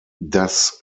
das